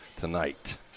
tonight